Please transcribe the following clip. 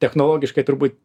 technologiškai turbūt